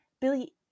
Billy